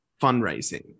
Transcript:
fundraising